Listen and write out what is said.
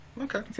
Okay